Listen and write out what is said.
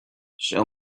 show